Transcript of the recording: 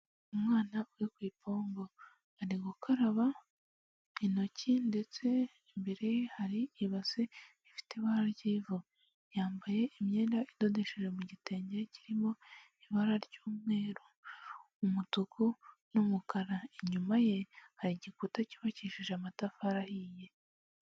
Umwana uri ku ipongo ari gukaraba intoki, ndetse imbere hari ibase rifite ibara ry'ivu. Yambaye imyenda idodesheje mu gitenge kirimo ibara ry'umweru, umutuku n'umukara. Inyuma ye hari igikuta cyubakishije amatafari ahiye.